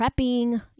prepping